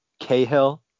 cahill